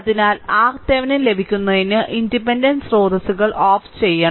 അതിനാൽ RThevenin ലഭിക്കുന്നതിന് independent സ്രോതസ്സുകൾ ഓഫ് ചെയ്യണം